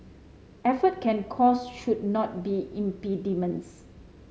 effort and cost should not be impediments